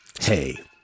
Hey